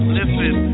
Listen